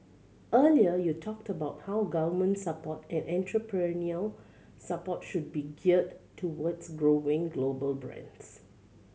earlier you talked about how government support and entrepreneurial support should be geared towards growing global brands